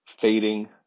fading